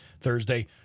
Thursday